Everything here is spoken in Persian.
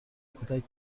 کودک